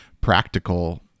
practical